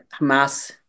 Hamas